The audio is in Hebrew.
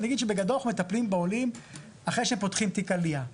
נגיד שבגדול אנחנו מטפלים בעולים אחרי בפותחים תיק עלייה.